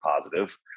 positive